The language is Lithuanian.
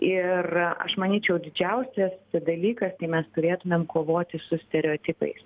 ir aš manyčiau didžiausias dalykas tai mes turėtumėm kovoti su stereotipais